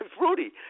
Rudy